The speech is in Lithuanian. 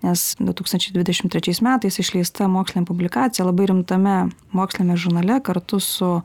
nes du tūkstančiai dvidešim trečiais metais išleista mokslinė publikacija labai rimtame moksliniame žurnale kartu su